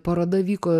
paroda vyko